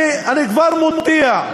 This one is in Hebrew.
אני כבר מודיע,